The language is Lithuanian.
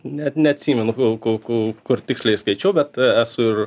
net neatsimenu ku ku ku kur tiksliai skaičiau bet esu ir